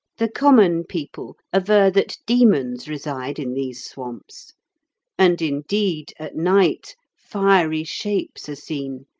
the common people aver that demons reside in these swamps and, indeed, at night fiery shapes are seen,